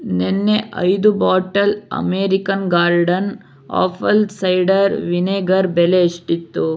ನೆನ್ನೆ ಐದು bottle American garden apple cider vinegar ಬೆಲೆ ಎಷ್ಟಿತ್ತು